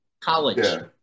college